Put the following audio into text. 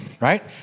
Right